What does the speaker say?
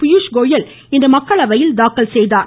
பியூஷ்கோயல் இன்று மக்களவையில் தாக்கல் செய்தார்